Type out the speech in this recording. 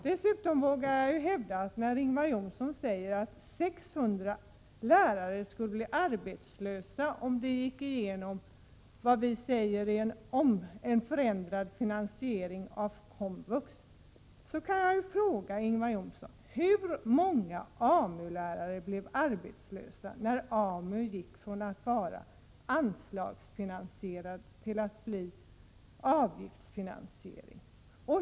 Ingvar Johnsson säger att 600 lärare skulle bli arbetslösa om en vad vi kallar för en förändrad finansiering av komvux skulle genomföras. Jag frågar då Ingvar Johnsson hur många AMU-lärare som blev arbetslösa när AMU gick över från att vara anslagsfinansierat till att vara avgiftsfinansierat.